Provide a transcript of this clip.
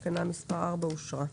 תקנה מספר 4 אושרה.